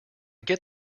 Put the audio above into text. get